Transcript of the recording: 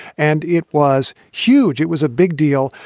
and it was huge. it was a big deal.